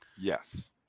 Yes